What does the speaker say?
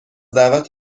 دعوت